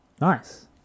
Nice